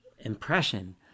impression